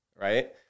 right